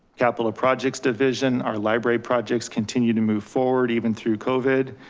capital projects division, our library projects continue to move forward, even through covid.